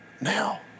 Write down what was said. now